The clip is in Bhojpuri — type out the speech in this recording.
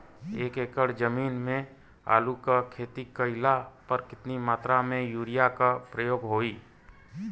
एक एकड़ जमीन में आलू क खेती कइला पर कितना मात्रा में यूरिया क प्रयोग होई?